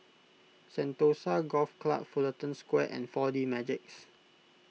Sentosa Golf Club Fullerton Square and four D Magix